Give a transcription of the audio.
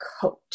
coat